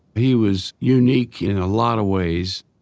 he was unique in a lot of ways.